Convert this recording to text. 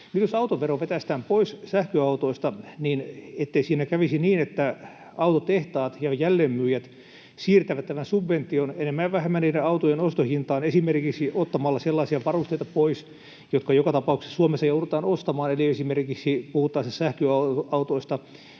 jos autovero vetäistään pois sähköautoilta, ettei siinä kävisi niin, että autotehtaat ja jälleenmyyjät siirtävät tämän subvention enemmän ja vähemmän niiden autojen ostohintaan esimerkiksi ottamalla sellaisia varusteita pois, jotka joka tapauksessa Suomessa joudutaan ostamaan? Eli puhuttaessa esimerkiksi sähköautoista